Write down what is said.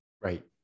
Right